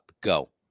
go